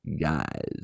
Guys